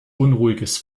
unruhiges